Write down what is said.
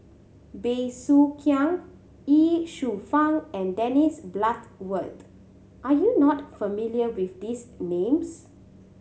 Bey Soo Khiang Ye Shufang and Dennis Bloodworth are you not familiar with these names